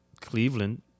Cleveland